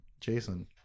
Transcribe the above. Jason